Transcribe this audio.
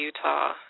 Utah